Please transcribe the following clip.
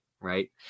right